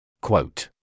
Quote